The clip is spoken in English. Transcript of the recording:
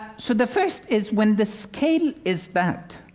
so the first is when the scale is that,